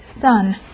son